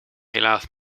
helaas